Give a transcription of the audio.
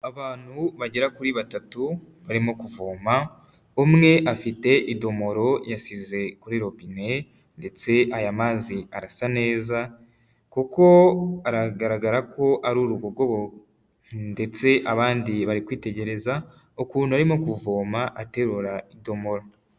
Abantu bagera kuri batatu barimo kuvoma, umwe afite idomoro yashyize kuri robinee ndetse aya mazi arasa neza kuko aragaragara ko ari urubogobogo, ndetse abandi bari kwitegereza ukuntu arimo kuvoma aterura idomora.